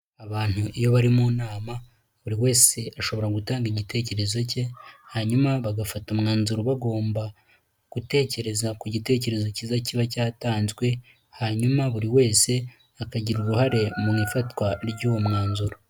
Abantu iyo bari mu nama buri wese ashobora gutanga igitekerezo ke hanyuma bagafata umwanzuro bagomba gutekereza ku gitekerezo kiza kiba cyatanzwe hanyuma buri wese akagira uruhare mu ifatwa ry'uwo mwanzuro.